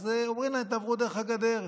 ואומרים להם: תעברו דרך הגדר.